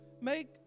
Make